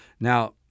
Now